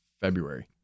February